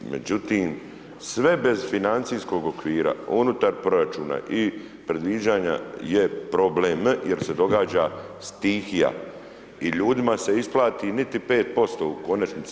Međutim, sve bez financijskog okvira unutar proračuna i predviđanja je problem jer se događa stihija i ljudima se isplati niti 5% u konačnici.